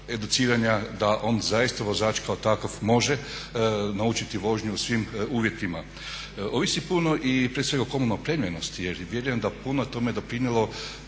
educiranja da on zaista vozač kao takav može naučiti vožnju u svim uvjetima. Ovisi puno i prije svega o …/Govornik se ne razumije./… opremljenosti, jer vjerujem da je puno tome doprinijelo